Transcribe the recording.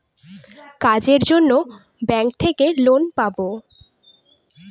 কাজের জন্য ব্যাঙ্ক থেকে লোন পাবো